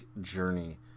journey